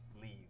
leave